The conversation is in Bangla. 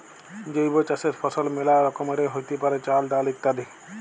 জৈব চাসের ফসল মেলা রকমেরই হ্যতে পারে, চাল, ডাল ইত্যাদি